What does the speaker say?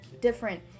Different